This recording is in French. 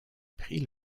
pris